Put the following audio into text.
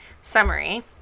Summary